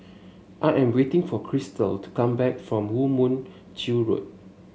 I am waiting for Cristal to come back from Woo Mon Chew Road